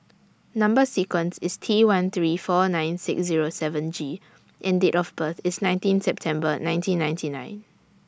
Number sequence IS T one three four nine six Zero seven G and Date of birth IS nineteen September nineteen ninety nine